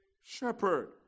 shepherd